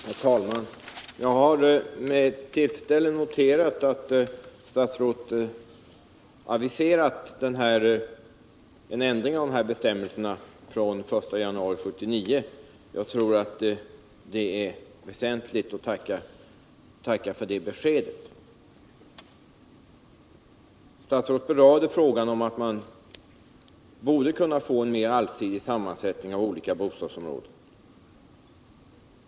Herr talman! Jag har med tltfredsställelse noterat att statsrådet aviserat en ändring av bestämmelserna från den 1 januari 1979. Jag tror att det är väsentligt, och jag tackar för det beskedet. Statsrådet berörde frågan om att man borde kunnat få en mer allsidig sammansättning av olika bostadsområden.